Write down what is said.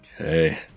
okay